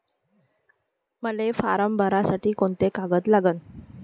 मले फारम भरासाठी कोंते कागद लागन?